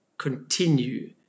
continue